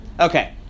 Okay